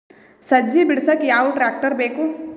ಸಜ್ಜಿ ಬಿಡಸಕ ಯಾವ್ ಟ್ರ್ಯಾಕ್ಟರ್ ಬೇಕು?